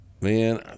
Man